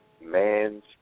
man's